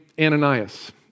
ananias